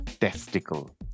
testicle